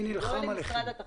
לא למשרד התחבורה.